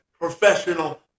professional